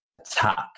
attack